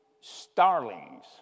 starlings